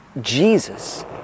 Jesus